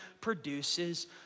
produces